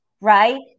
right